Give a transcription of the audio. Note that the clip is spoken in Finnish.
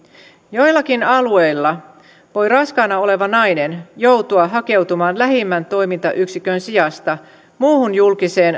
joillakin alueilla voi raskaana oleva nainen joutua hakeutumaan lähimmän toimintayksikön sijasta muuhun julkiseen